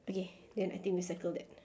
okay then I think we circle that